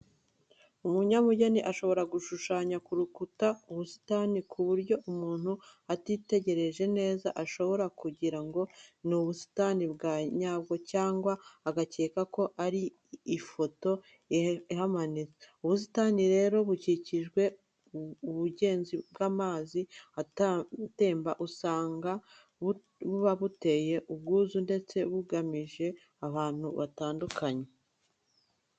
Umunyabugeni ashobora gushushanya ku rukuta ubusitani ku buryo umuntu atitegereje neza ashobora kugira ngo ni ubusitani bwa nyabwo cyangwa agakeka ko ari ifoto ihamanitse. Ubusitani rero bukikije umugezi w'amazi atemba usanga buba buteye ubwuzu ndetse bugashishimisha abantu batandukanye.